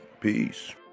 Peace